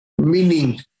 meaning